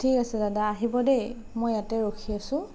ঠিক আছে দাদা আহিব দেই মই ইয়াতে ৰখি আছোঁ